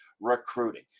recruiting